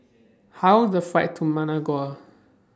How The Flight to Managua